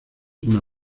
una